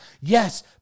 Yes